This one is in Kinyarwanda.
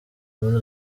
muri